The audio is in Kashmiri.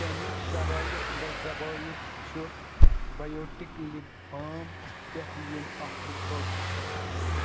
کمہِ شرایِط و ضبٲیط چھُ بیوٹِک لِپ بام پٮ۪ٹھٕ ییٚمہِ آفر خٲطرٕ